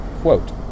Quote